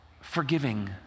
forgiving